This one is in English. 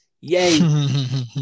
yay